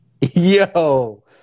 Yo